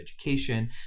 education